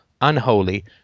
unholy